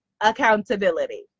accountability